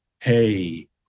Hey